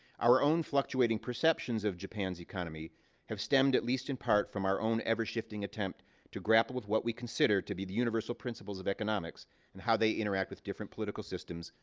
our own fluctuating perceptions of japan's economy have stemmed, at least in part, from our own ever-shifting attempt to grapple with what we consider to be the universal principles of economics and how they interact with different political systems,